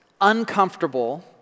uncomfortable